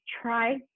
try